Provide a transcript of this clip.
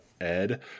Ed